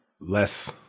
less